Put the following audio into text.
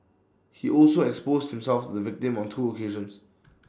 he also exposed himself to the victim on two occasions